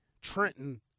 Trenton